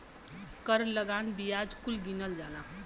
कर लगान बियाज कुल गिनल जाला